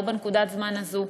לא בנקודת הזמן הזאת.